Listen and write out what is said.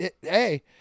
Hey